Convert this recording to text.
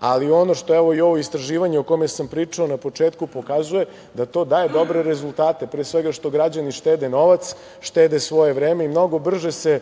Ali ono, a evo i ovo istraživanje o kome sam pričao na početku pokazuje da to daje dobre rezultate, pre svega što građani štede novac, štede svoje vreme i mnogo brže se